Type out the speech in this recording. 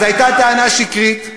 אז הייתה טענה שקרית: